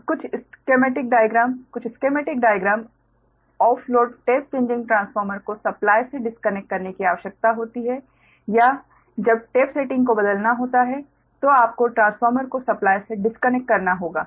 तो कुछ schematic diagram कुछ schematic diagram of load tap changing transformer को सप्लाइ से डिस्कनेक्ट करने की आवश्यकता होती है या जब टेप सेटिंग को बदलना होता है तो आपको ट्रांसफार्मर को सप्लाइ से डिस्कनेक्ट करना होगा